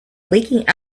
leaking